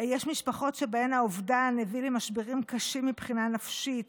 יש משפחות שבהן האובדן הביא למשברים קשים מבחינה נפשית,